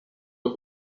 eux